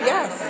Yes